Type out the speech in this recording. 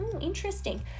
interesting